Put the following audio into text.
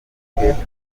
nitwe